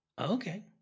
Okay